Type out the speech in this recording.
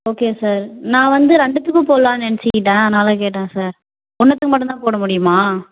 okay sir நான் வந்து ரெண்டுத்துக்கும் போடலானு நெனைச்சிகிட்டேன் அதனால் கேட்டேன் சார் ஒன்னுத்துக்கு மட்டும் தான் போட முடியுமா